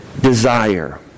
desire